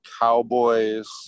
Cowboys